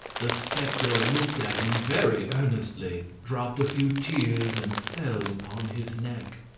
the spectre looked at him very earnestly, dropped a few tears, and fell upon his neck.